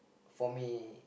for me